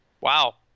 wow